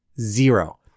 zero